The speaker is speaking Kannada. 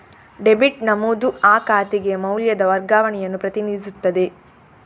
ಡೆಬಿಟ್ ನಮೂದು ಆ ಖಾತೆಗೆ ಮೌಲ್ಯದ ವರ್ಗಾವಣೆಯನ್ನು ಪ್ರತಿನಿಧಿಸುತ್ತದೆ